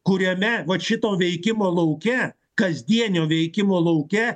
kuriame vat šito veikimo lauke kasdienio veikimo lauke